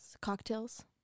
cocktails